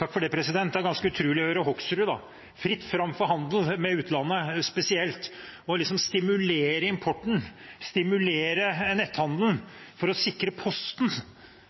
ganske utrolig å høre representanten Hoksrud – fritt fram for handel med utlandet spesielt. Man må liksom stimulere importen og netthandelen for å sikre Posten